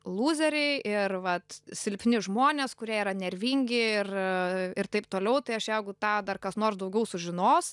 lūzeriai ir vat silpni žmonės kurie yra nervingi ir a ir taip toliau tai aš jeigu tą dar kas nors daugiau sužinos